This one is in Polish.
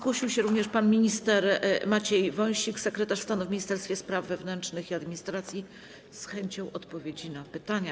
Zgłosił się również pan minister Maciej Wąsik, sekretarz stanu w Ministerstwie Spraw Wewnętrznych i Administracji, z chęcią odpowiedzi na pytania.